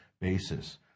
basis